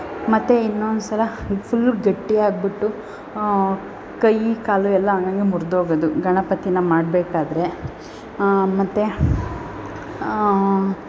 ಮತ್ತು ಇನ್ನೊಂದು ಸಲ ಫುಲ್ ಗಟ್ಟಿ ಆಗಿಬಿಟ್ಟು ಕೈ ಕಾಲು ಎಲ್ಲ ಹಂಗೆ ಹಾಗೆ ಮುರಿದೋಗೋದು ಗಣಪತಿನ ಮಾಡಬೇಕಾದ್ರೆ ಮತ್ತು